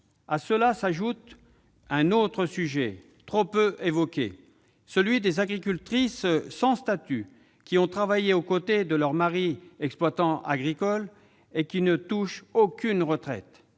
À cela s'ajoute un autre sujet, trop peu évoqué, celui des agricultrices sans statut, qui ont travaillé aux côtés de leur mari exploitant agricole et qui ne touchent aucune retraite.